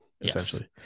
essentially